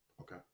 Okay